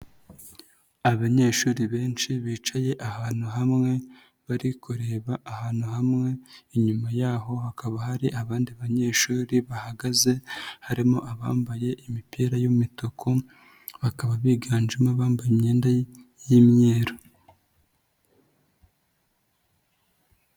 Abanyeshuri benshi bicaye ahantu hamwe bari kureba ahantu hamwe, inyuma y'aho hakaba hari abandi banyeshuri bahagaze harimo abambaye imipira y'umutuku, bakaba biganjemo bambaye imyenda y'imyeru.